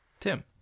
Tim